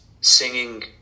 singing